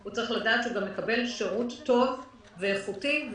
הוא שירות טוב ואיכותי,